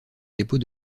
dépôt